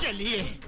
yeah lee